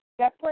separate